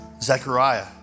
Zechariah